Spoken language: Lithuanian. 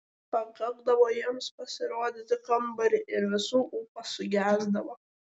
pakakdavo jiems pasirodyti kambary ir visų ūpas sugesdavo